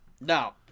No